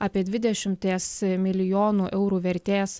apie dvidešimties milijonų eurų vertės